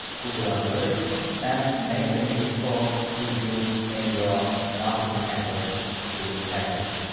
google analytics and make them useful to you in your marketing efforts through adwords.